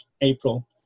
april